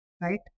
Right